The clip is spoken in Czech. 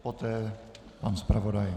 Poté pan zpravodaj.